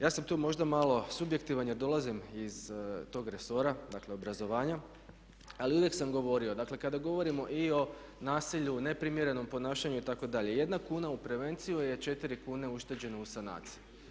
Ja sam tu možda malo subjektivan jer dolazim iz tog resora, dakle obrazovanja ali uvijek sam govorio, dakle kada govorimo i o nasilju, neprimjernom ponašanju itd. 1 kuna u prevenciji je 4 kune ušteđeno u sanaciji.